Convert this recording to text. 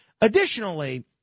Additionally